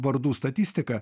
vardų statistiką